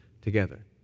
together